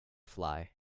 fly